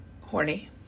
horny